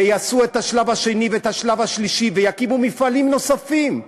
ויעשו את השלב השני ואת השלב השלישי ויקימו מפעלים נוספים,